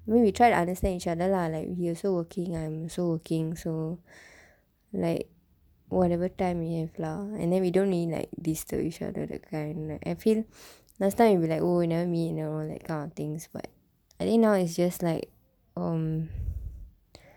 I mean we try to understand each other lah like he also working I'm also working so like whatever time we have lah and then we don't really like disturb each other that kind like I feel last time it'll will be like oh we never meet that kind of things but I think now it's just like um